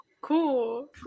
cool